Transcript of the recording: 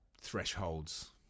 thresholds